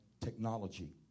technology